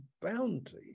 bounty